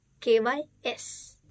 KYS